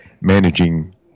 managing